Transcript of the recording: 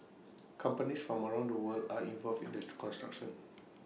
companies from around the world are involved in the construction